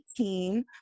18